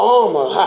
armor